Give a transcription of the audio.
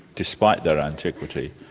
despite their antiquity,